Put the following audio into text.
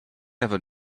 ever